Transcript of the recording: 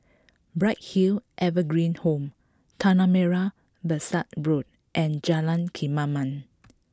Bright Hill Evergreen Home Tanah Merah Besar Road and Jalan Kemaman